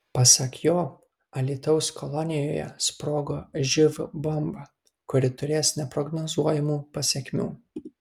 pasak jo alytaus kolonijoje sprogo živ bomba kuri turės neprognozuojamų pasekmių